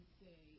say